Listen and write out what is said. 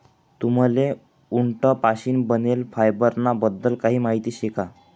तुम्हले उंट पाशीन बनेल फायबर ना बद्दल काही माहिती शे का?